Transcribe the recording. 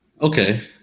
Okay